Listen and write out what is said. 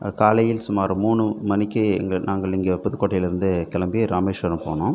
காலையில் சுமார் மூணு மணிக்கு எங்கள் நாங்கள் இங்கே புதுக்கோட்டையிலிருந்து கிளம்பி ராமேஷ்வரம் போனோம்